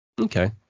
Okay